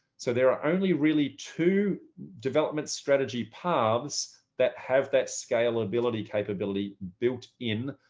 so there are only really two development strategy paths that have that scalability capability built in,